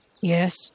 Yes